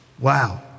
Wow